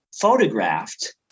photographed